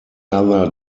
other